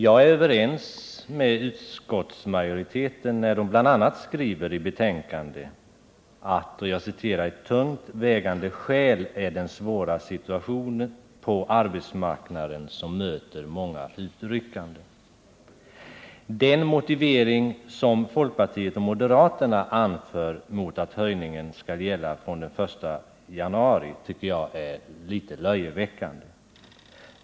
Jag är överens med utskottsmajoriteten när den bl.a. skriver i betänkandet: ”Ett tungt vägande skäl är den svåra situation på arbetsmarknaden som möter många utryckande.” Den motivering som folkpartiet och moderaterna anför mot att höjningen skall gälla från den 1 januari är litet löjeväckande.